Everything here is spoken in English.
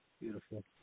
Beautiful